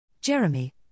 Jeremy